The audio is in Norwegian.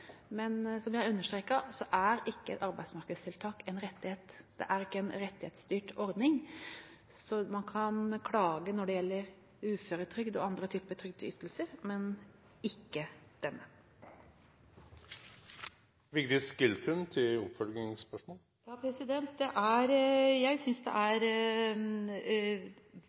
Men som jeg understreket, er ikke arbeidsmarkedstiltak en rettighetsstyrt ordning. Man kan klage når det gjelder uføretrygd og andre typer trygdeytelser, men ikke når det gjelder dette. Jeg synes det er galt at man ikke skal ha klagerett. Det minste man burde ha krav på, er